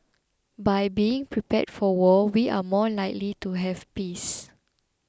by being prepared for war we are more likely to have peace